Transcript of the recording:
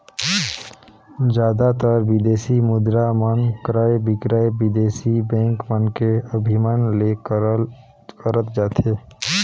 जादातर बिदेसी मुद्रा मन क्रय बिक्रय बिदेसी बेंक मन के अधिमन ले करत जाथे